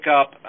up